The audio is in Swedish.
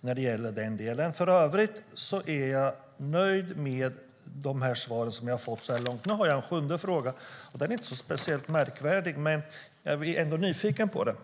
när det gäller den delen. För övrigt är jag nöjd med de svar jag fått så här långt. Nu har jag en sjunde fråga. Den är inte speciellt märkvärdig, men jag är ändå nyfiken på den.